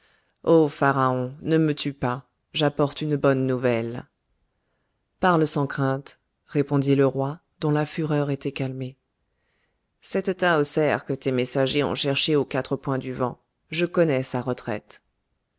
ne me tue pas j'apporte une bonne nouvelle parle sans crainte répondit le roi dont la fureur était calmée cette tahoser que tes messagers ont cherchée aux quatre points du vent je connais sa retraite